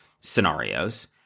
scenarios